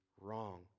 wrong